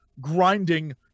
grinding